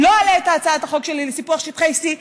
לא אעלה את הצעת החוק שלי לסיפוח שטחי C,